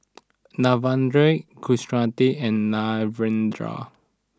Narendra Kasiviswanathan and Narendra